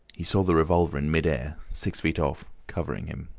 he saw the revolver in mid-air, six feet off, covering him.